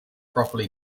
properly